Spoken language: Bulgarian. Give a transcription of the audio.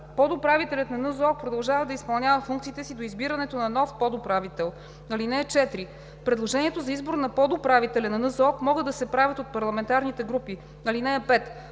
подуправителят на НЗОК продължава да изпълнява функциите си до избирането на нов подуправител. (4) Предложения за избор на подуправителя на НЗОК могат да се правят от парламентарните групи. (5)